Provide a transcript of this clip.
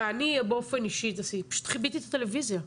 ואני באופן אישי פשוט כיביתי את הטלוויזיה.